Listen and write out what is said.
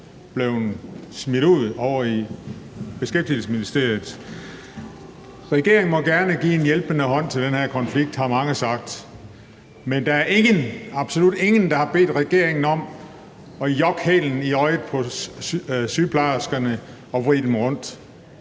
blevet smidt ud ovre i Beskæftigelsesministeriet. Regeringen må gerne give en hjælpende hånd til den her konflikt, har mange sagt. Men der er ingen, absolut ingen, der har bedt regeringen om at jokke hælen i øjet på sygeplejerskerne og vride den rundt.